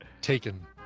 Taken